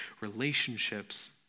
relationships